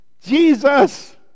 Jesus